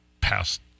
past